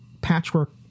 patchwork